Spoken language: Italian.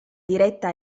diretta